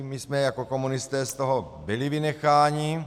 My jsme jako komunisté z toho byli vynecháni.